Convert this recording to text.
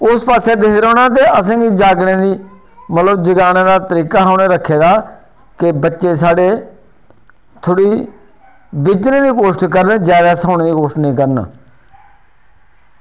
उस पास्सै दिखदे रौह्ना ते असें गी मतलब जगाने दा तरीका उनें रक्खे दा की बच्चे साढ़े थोह्ड़ी बिज्झनै दी कोश्ट करन जादै सोने दी कोश्ट नेईं करन